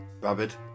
rabbit